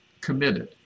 committed